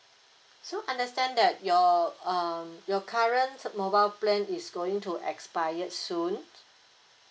so understand that your um your current mobile plan is going to expired soon